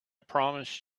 promised